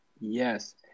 Yes